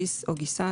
גיס או גיסה,